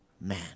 man